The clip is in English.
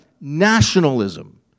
nationalism